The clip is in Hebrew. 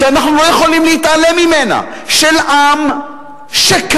שאנחנו לא יכולים להתעלם ממנה, של עם שקם.